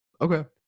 Okay